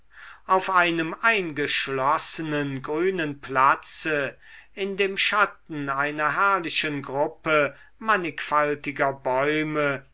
auf einem eingeschlossenen grünen platze in dem schatten einer herrlichen gruppe mannigfaltiger bäume